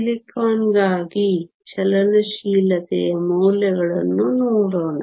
silicon ಗಾಗಿ ಚಲನಶೀಲತೆಯ ಮೌಲ್ಯಗಳನ್ನು ನೋಡೋಣ